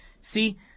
see